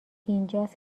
اینجاست